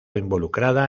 involucrada